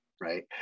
Right